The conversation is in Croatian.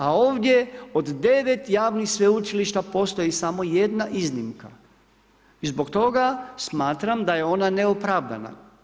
A ovdje od 9 javnih sveučilišta postoji samo jedna iznimka i zbog toga smatram daje ona neopravdana.